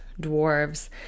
dwarves